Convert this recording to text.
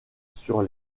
sur